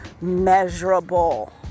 measurable